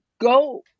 go